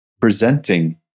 presenting